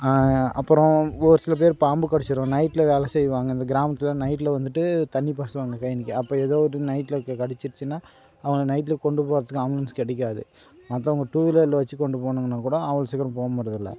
அப்பறம் ஒரு சில பேரு பாம்பு கடிச்சிடும் நைட்டில் வேலை செய்வாங்க இந்த கிராமத்தில் நைட்டில் வந்துட்டு தண்ணி பாய்ச்சுவாங்க கழனிக்கி அப்போது ஏதோ ஒரு நைட்டில் க கடிச்சிட்ச்சுனா அவங்களை நைட்ல கொண்டு போகிறதுக்கு ஆம்புலன்ஸ் கிடைக்காது மற்றவங்க டூவீலரில் வெச்சு கொண்டு போனம்னால் கூட அவ்வளோ சீக்கிரம் போக முடிறதில்ல